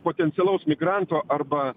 potencialaus migranto arba